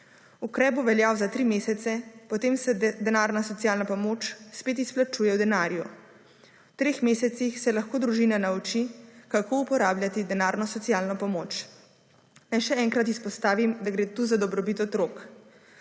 Ukrep bo veljal za tri mesec, potem se denarna socialna pomoč spet izplačuje v denarju. V treh mesecih se lahko družina nauči kako uporabljati denarno socialno pomoči. Naj še enkrat izpostavim, da gre tu za dobrobit otrok.